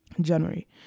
January